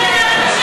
לעבוד.